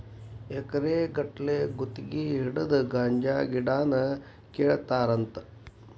ಎಕರೆ ಗಟ್ಟಲೆ ಗುತಗಿ ಹಿಡದ ಗಾಂಜಾ ಗಿಡಾನ ಕೇಳತಾರಂತ